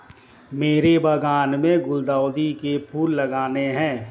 मेरे बागान में गुलदाउदी के फूल लगाने हैं